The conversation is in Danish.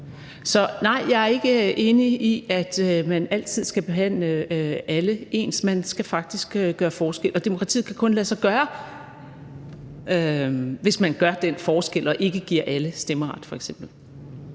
Så nej, jeg er ikke enig i, at man altid skal behandle alle ens. Man skal faktisk gøre forskel. Og demokratiet kan kun lade sig gøre, hvis man gør den forskel og f.eks. ikke giver alle stemmeret.